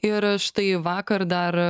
ir štai vakar dar